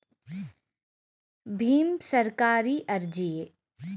ಭೀಮ್ ಸರ್ಕಾರಿ ಅರ್ಜಿಯೇ?